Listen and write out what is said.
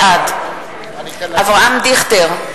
בעד אברהם דיכטר,